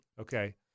Okay